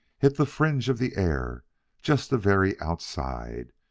hit the fringe of the air just the very outside.